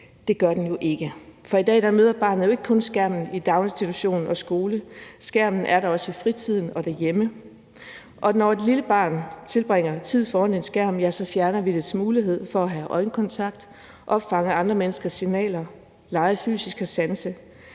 det gør den jo ikke. For i dag møder barnet jo ikke kun skærmen i daginstitutionen og skolen; skærmen er der også i fritiden og derhjemme. Og når et lille barn tilbringer tid foran en skærm, fjerner vi dets mulighed for at have øjenkontakt, opfange andre menneskers signaler, lege fysisk og sanse.